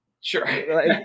Sure